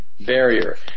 barrier